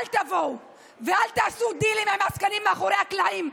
אל תבואו ואל תעשו דילים עם עסקנים מאחורי הקלעים,